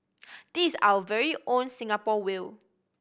this is our very own Singapore whale